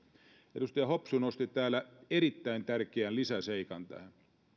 edustaja hopsu nosti täällä erittäin tärkeän lisäseikan tähän